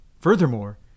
Furthermore